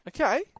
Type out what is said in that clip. Okay